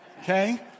okay